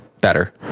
better